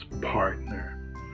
partner